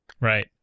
Right